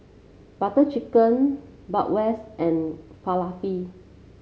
Butter Chicken Bratwurst and Falafel